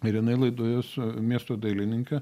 ir jinai laidoje su miesto dailininke